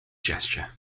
gesture